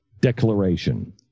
declaration